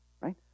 Right